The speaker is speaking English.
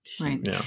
Right